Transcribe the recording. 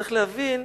צריך להבין,